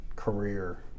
career